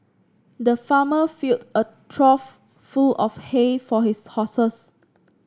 the farmer filled a trough full of hay for his horses